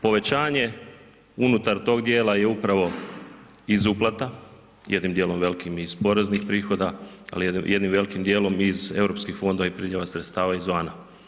Povećanje unutar tog dijela je upravo iz uplata, jednim dijelom velikim iz poreznih prihoda, ali jednim velikim dijelom iz europskih fondova i priljeva sredstava izvana.